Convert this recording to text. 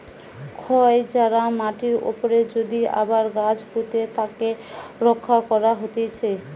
ক্ষয় যায়া মাটির উপরে যদি আবার গাছ পুঁতে তাকে রক্ষা করা হতিছে